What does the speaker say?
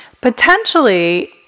potentially